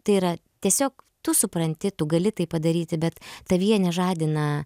tai yra tiesiog tu supranti tu gali tai padaryti bet tavyje nežadina